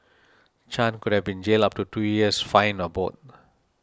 Chan could have been jailed up to two years fined or both